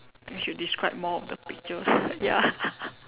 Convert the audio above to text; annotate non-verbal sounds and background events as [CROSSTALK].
we should describe more of the picture [BREATH] ya [LAUGHS]